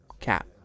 Cat